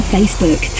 Facebook